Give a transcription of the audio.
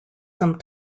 some